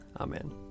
Amen